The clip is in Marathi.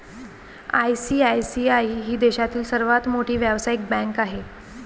आई.सी.आई.सी.आई ही देशातील सर्वात मोठी व्यावसायिक बँक आहे